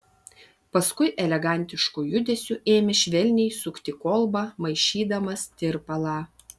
paskui elegantišku judesiu ėmė švelniai sukti kolbą maišydamas tirpalą